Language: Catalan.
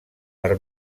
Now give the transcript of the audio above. per